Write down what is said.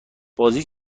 بازی